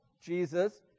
jesus